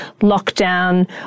lockdown